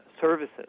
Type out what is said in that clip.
services